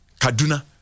kaduna